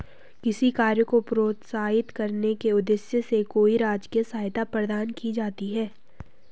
किसी कार्य को प्रोत्साहित करने के उद्देश्य से कोई राजकीय सहायता प्रदान की जाती है